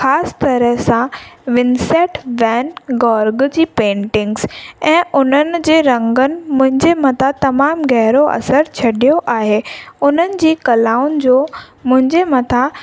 ख़ासि तरह सां विंसेट वैन गोर्ग जी पेंटिंग्स ऐं उन्हनि जे रंगनि मुंहिंजे मथां तमामु गहिरो असरु छॾियो आहे उन्हनि जी कलाऊं जो मुंहिंजे मथां